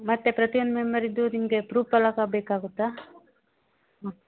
ಮತ್ತು ಪ್ರತಿಯೊಂದು ಮೆಂಬರಿದು ನಿಮಗೆ ಪ್ರೂಫ್ ಎಲ್ಲ ಸಹ ಬೇಕಾಗುತ್ತಾ ಹಾಂ